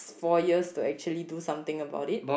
four years to actually do something about it